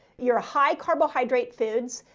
your high carbohydrate foods,